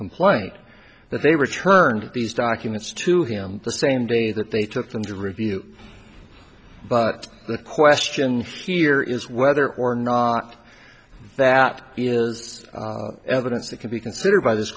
complaint that they returned these documents to him the same day that they took them to review but the question fear is whether or not that is evidence that can be considered by this